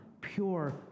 pure